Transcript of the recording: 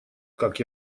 как